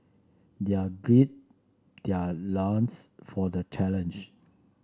they are gird their loins for the challenge